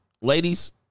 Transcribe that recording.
ladies